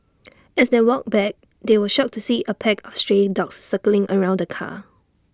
as they walked back they were shocked to see A pack of stray dogs circling around the car